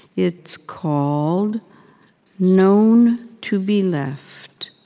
it's called known to be left.